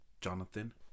Jonathan